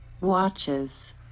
watches